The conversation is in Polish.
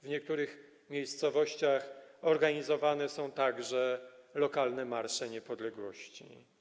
W niektórych miejscowościach organizowane są także lokalne marsze niepodległości.